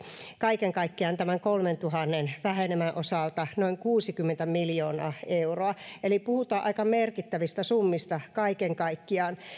kaiken kaikkiaan tämän kolmentuhannen vähenemän osalta noin kuusikymmentä miljoonaa euroa eli puhutaan aika merkittävistä summista kaiken kaikkiaan